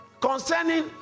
Concerning